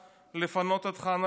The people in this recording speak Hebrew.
לפנות את ח'אן אל-אחמר.